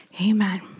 amen